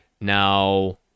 Now